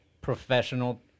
professional